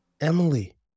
Emily